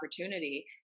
opportunity